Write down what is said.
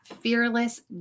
fearless